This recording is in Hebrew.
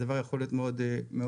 הדבר יכול להיות מאוד משפיע,